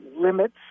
limits